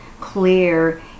clear